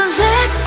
let